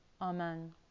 amen